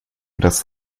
das